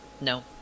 No